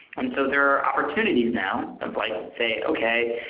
and so there are opportunities now of like and say, okay,